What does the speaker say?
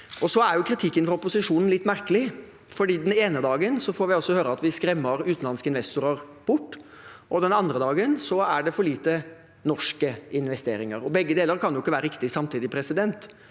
år siden. Kritikken fra opposisjonen er litt merkelig, for den ene dagen får vi altså høre at vi skremmer utenlandske investorer bort, og den andre dagen er det for lite norske investeringer. Begge deler kan ikke være riktig samtidig.